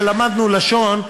כשלמדנו לשון,